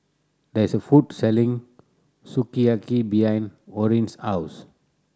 there is a food selling Sukiyaki behind Orrin's house